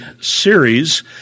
series